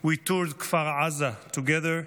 חבריי חברות וחברי הכנסת,